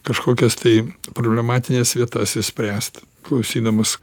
kažkokias tai problematines vietas išspręst klausydamas